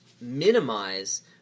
minimize